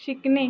शिकणे